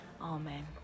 Amen